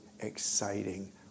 exciting